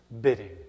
bidding